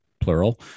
plural